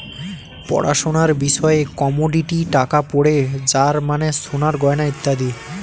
পড়াশোনার বিষয়ে কমোডিটি টাকা পড়ে যার মানে সোনার গয়না ইত্যাদি